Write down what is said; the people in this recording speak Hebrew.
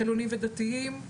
חילוניים ודתיים,